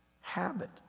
habit